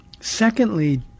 Secondly